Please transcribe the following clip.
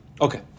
Okay